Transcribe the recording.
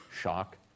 shock